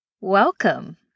welcome